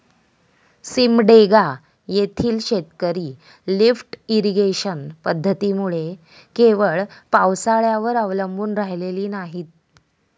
सिमडेगा येथील शेतकरी lift irrigation पद्धतीमुळे केवळ पावसाळ्यावर अवलंबून राहिलेली नाहीत